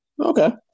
Okay